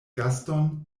gaston